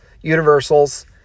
universals